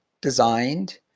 designed